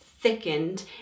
thickened